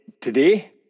Today